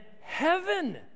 heaven